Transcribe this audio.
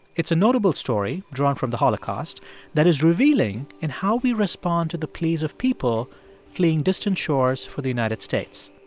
it's a notable story drawn from the holocaust that is revealing in how we respond to the pleas of people fleeing distant shores for the united states.